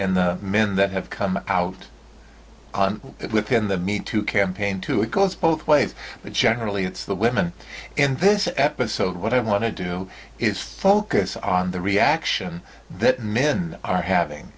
men that have come out within the mean to campaign two it goes both ways but generally it's the women and this episode what i want to do is focus on the reaction that men are having